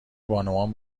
بانوان